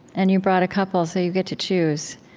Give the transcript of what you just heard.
and you brought a couple, so you get to choose.